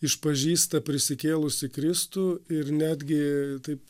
išpažįsta prisikėlusį kristų ir netgi taip